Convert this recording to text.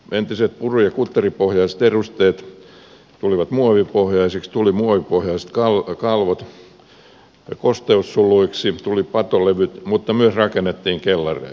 entiset puru ja kutteripohjaiset eristeet tulivat muovipohjaisiksi tulivat muovipohjaiset kalvot ja kosteussuluiksi tulivat patolevyt mutta myös rakennettiin kellareihin